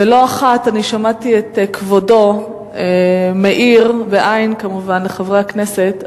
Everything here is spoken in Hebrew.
ולא אחת אני שמעתי את כבודו מעיר לחברי הכנסת,